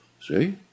see